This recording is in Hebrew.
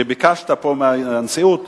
שביקשת פה מהנשיאות,